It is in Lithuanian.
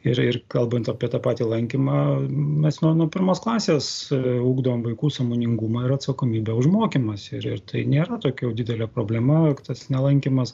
ir ir kalbant apie tą patį lankymą mes nuo nuo pirmos klasės ugdom vaikų sąmoningumą ir atsakomybę už mokymąsi ir ir tai nėra tokia jau didelė problema tas nelankymas